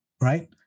right